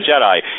Jedi